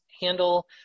handle